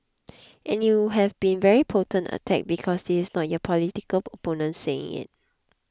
and it would have been very potent attack because this is not your political opponent saying it